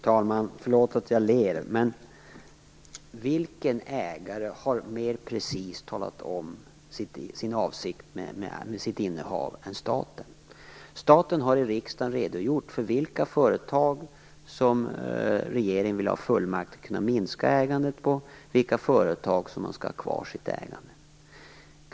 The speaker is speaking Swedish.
Fru talman! Förlåt att jag ler, men vilken ägare har mer precist talat om sin avsikt med sitt innehav än staten? Staten har i riksdagen redogjort för vilka företag som regeringen vill ha fullmakt för att kunna minska ägandet i och vilka företag som man skall ha kvar sitt ägande i.